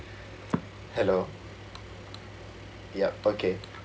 hello ya okay